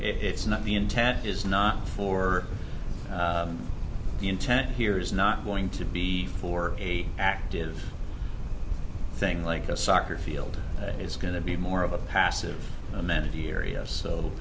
it's not the intent is not for the intent here is not going to be for a active thing like a soccer field is going to be more of a passive a